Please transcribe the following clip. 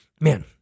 man